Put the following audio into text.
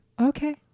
Okay